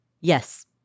Yes